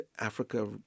Africa